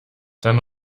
dann